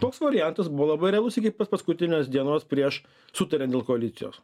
toks variantas buvo labai realus iki paskutinės dienos prieš sutarian dėl koalicijos